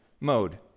mode